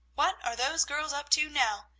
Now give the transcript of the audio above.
what are those girls up to now?